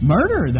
Murder